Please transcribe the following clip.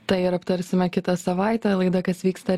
tai ir aptarsime kitą savaitę laida kas vyksta